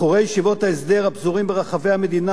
בחורי ישיבות ההסדר הפזורים ברחבי המדינה,